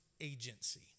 agency